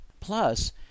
Plus